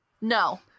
No